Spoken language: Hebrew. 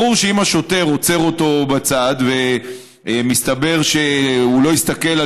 ברור שאם השוטר עוצר אותו בצד ומסתבר שהוא לא הסתכל על